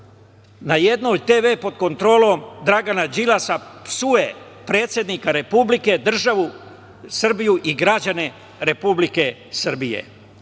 na jednoj televiziji pod kontrolom Dragana Đilasa psuje predsednika Republike, državu Srbiju i građane Republike Srbije.